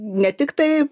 ne tik tai